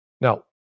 Now